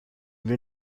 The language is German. wir